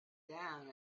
down